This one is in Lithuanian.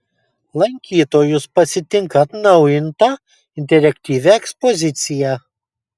lankytojus pasitinka atnaujinta interaktyvia ekspozicija